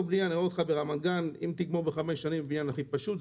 בנייה ברמת גן תשמח אם תגמור בחמש שנים את הבניין הכי פשוט.